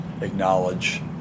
acknowledge